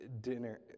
dinner